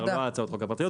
לא על הצעות החוק הפרטיות.